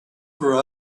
for